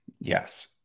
Yes